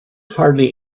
hardly